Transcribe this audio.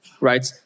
right